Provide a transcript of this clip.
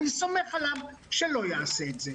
אני סומך עליו שלא יעשה את זה,